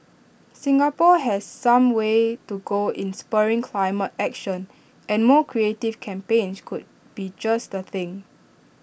Singapore has some way to go in spurring climate action and more creative campaigns could be just the thing